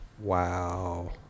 Wow